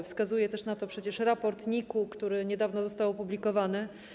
Wskazuje na to też przecież raport NIK-u, który niedawno został opublikowany.